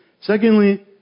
Secondly